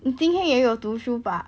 你今天也有读书 bah